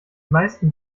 meisten